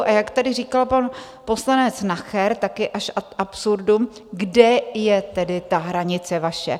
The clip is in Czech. A jak tady říkal pan poslanec Nacher, tak je až ad absurdum, kde je tedy ta hranice vaše.